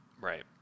Right